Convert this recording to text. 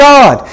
God